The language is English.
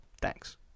Thanks